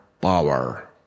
power